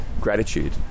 gratitude